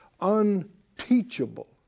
Unteachable